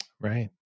Right